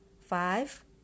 Five